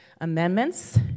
amendments